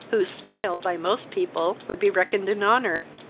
whose smile by most people would be reckoned an honour,